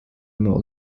mort